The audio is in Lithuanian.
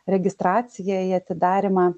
registraciją į atidarymą